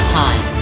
time